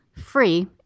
free